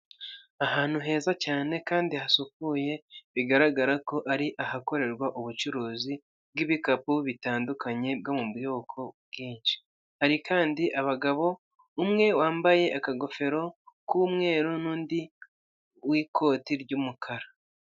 Ahantu heza cyane kandi hasukuye, bigaragara ko ari ahakorerwa ubucuruzi bw'ibikapu bitandukanye byo mu bwoko bwinshi, hari kandi abagabo, umwe wambaye akagofero k'umweru n'undi w'ikoti ry'umukara.